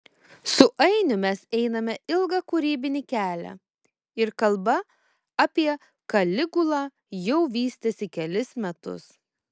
su ainiu mes einame ilgą kūrybinį kelią ir kalba apie kaligulą jau vystėsi kelis metus